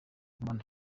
habimana